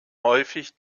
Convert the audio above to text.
häufig